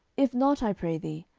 if not, i pray thee,